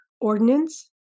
ordinance